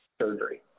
surgery